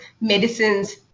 medicines